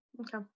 Okay